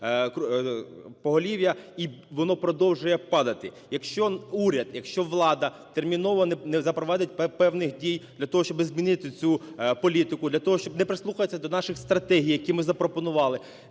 поголів'я, і воно продовжує падати. Якщо уряд, якщо влада терміново не запровадить певних дій для того, щоб змінити цю політику, для того, щоб не прислухатися до наших стратегій, які ми запропонували,